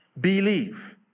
Believe